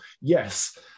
Yes